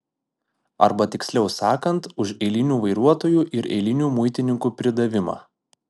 arba tiksliau sakant už eilinių vairuotojų ir eilinių muitininkų pridavimą